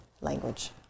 language